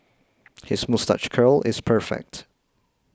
his moustache curl is perfect